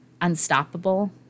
unstoppable